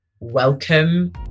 welcome